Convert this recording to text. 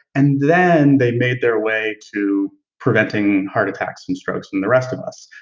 and then they made their way to preventing heart attacks and strokes in the rest of us.